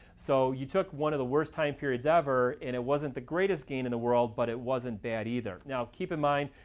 so you took one of the worst time periods ever and it wasn't the greatest gain in the world but it wasn't bad either. now keep in mind,